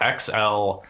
XL